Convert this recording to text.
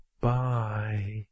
Bye